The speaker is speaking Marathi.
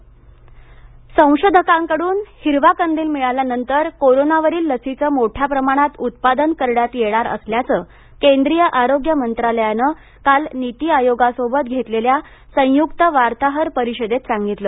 लस् संशोधकांकडून हिरवा कंदील मिळाल्यानंतर कोरोना वरील लसींचं मोठ्या प्रमाणात उत्पादन करण्यात येणार असल्याचं केंद्रीय आरोग्य मंत्रालयानं काल नीति आयोगासोबत घेतलेल्या संयुक्त वार्ताहर परिषदेत सांगितलं